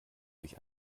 durch